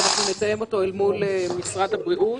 ואנחנו נתאם אותו מול משרד הבריאות.